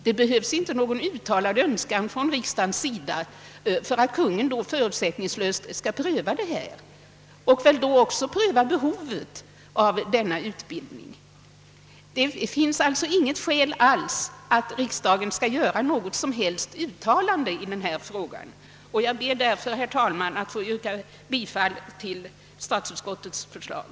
Det behövs då ingen uttalad önskan från riksdagens sida för att Kungl. Maj:t förutsättningslöst skall pröva frågan och därvid även behovet av denna utbildning. Det finns alltså inte något skäl alls för att riksdagen skall göra något som helst uttalande i denna fråga. Jag ber därför, herr talman, att få yrka bifall till statsutskottets förslag.